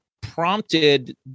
prompted